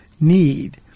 need